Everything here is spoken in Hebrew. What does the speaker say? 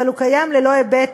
אבל הוא קיים ללא היבט